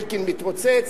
אלקין מתרוצץ,